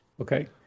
Okay